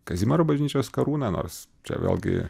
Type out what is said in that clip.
kazimiero bažnyčios karūna nors čia vėlgi